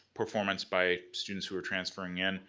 performance by students who are transferring in,